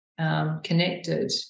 Connected